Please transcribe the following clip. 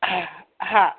हा हा